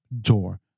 door